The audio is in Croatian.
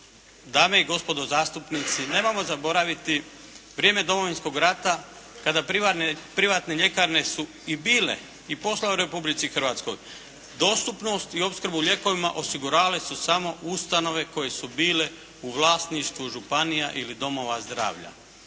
dame i gospodo zastupnici, nemojmo zaboraviti vrijeme Domovinskog rata kada privatne ljekarne su bile i poslovale u Republici Hrvatskoj, dostupnost i opskrbu lijekovima osiguravale su samo ustanove koje su bile u vlasništvu županija ili domova zdravlja.